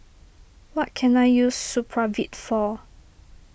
what can I use Supravit for